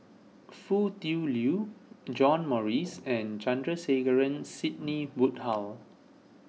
Foo Tui Liew John Morrice and Sandrasegaran Sidney Woodhull